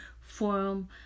forum